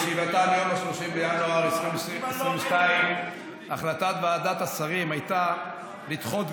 בישיבתה מ-30 בינואר 2022. החלטת ועדת השרים הייתה לדחות,